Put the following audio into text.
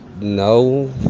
no